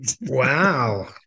Wow